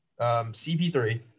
CP3